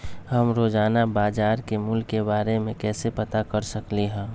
हम रोजाना बाजार के मूल्य के के बारे में कैसे पता कर सकली ह?